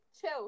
chill